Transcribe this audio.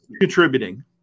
contributing